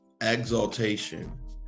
exaltation